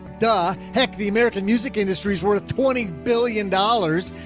duh, heck the american music industry is worth twenty billion dollars.